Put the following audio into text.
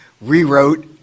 rewrote